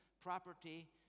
property